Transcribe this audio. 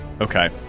Okay